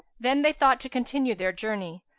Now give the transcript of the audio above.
then they thought to continue their journey,